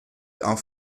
auch